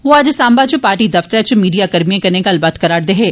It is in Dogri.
ओ अज्ज सांबा च पार्टी दफतरै च मीडिया कर्मिए कन्नै गल्लबात करा र दे हे